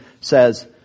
says